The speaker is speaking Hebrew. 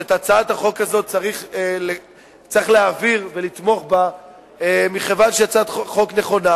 שאת הצעת החוק הזאת צריך להעביר ולתמוך בה מכיוון שהיא הצעת חוק נכונה,